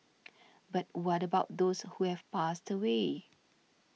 but what about those who have passed away